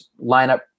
lineup